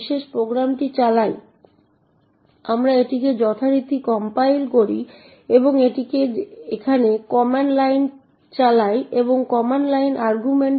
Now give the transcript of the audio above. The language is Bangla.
সুতরাং প্রোগ্রামটি চালানোর জন্য আমাদের একটি মেক ক্লিন করা উচিত এবং তারপরে তৈরি করা উচিত